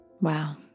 Wow